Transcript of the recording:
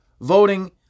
voting